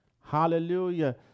Hallelujah